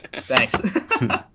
Thanks